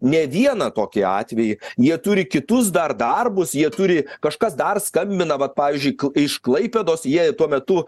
ne vieną tokį atvejį jie turi kitus dar darbus jie turi kažkas dar skambina vat pavyzdžiui iš klaipėdos jie tuo metu